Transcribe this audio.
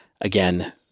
again